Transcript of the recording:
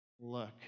look